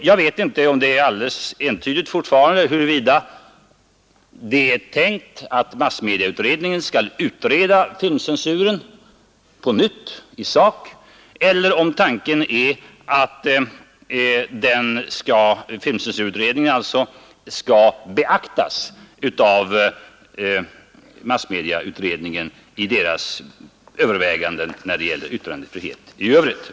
Jag vet inte om det fortfarande är alldeles entydigt huruvida det är tänkt att massmedieutredningen skall utreda filmcensuren på nytt i sak eller om tanken är att filmcensurutredningens resultat skall beaktas av massmedieutredningen vid dess överväganden när det gäller yttrandefriheten i övrigt.